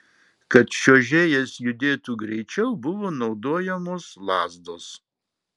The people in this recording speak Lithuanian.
kad čiuožėjas judėtų greičiau buvo naudojamos lazdos